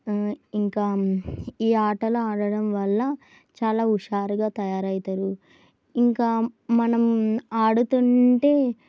ఇంకా ఈ ఆటలు ఆడడం వల్ల చాలా హుషారుగా తయారవుతారు ఇంకా మనం ఆడుతుంటే